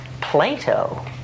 Plato